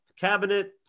cabinet